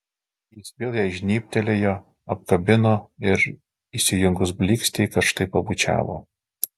jis vėl jai žnybtelėjo apkabino ir įsijungus blykstei karštai pabučiavo